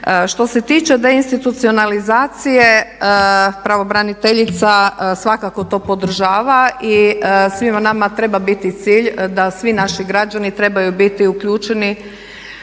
Što se tiče deinstitucionalizacije pravobraniteljica svakako to podržava i svima nama treba biti cilj da svi naši građani trebaju biti uključeni